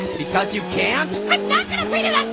because you can't? i'm not gonna read it on